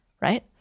right